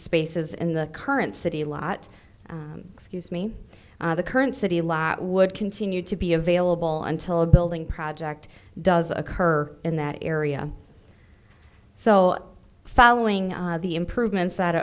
spaces in the current city lot excuse me the current city lot would continue to be available until a building project does occur in that area so following the improvements that